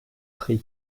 prix